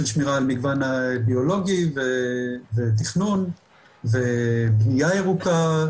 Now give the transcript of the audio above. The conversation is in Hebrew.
שמירה על מגוון הביולוגי ותכנון ובנייה ירוקה,